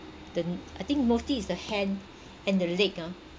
the I think mostly is the hand and the leg ah